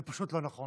זה פשוט לא נכון.